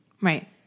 Right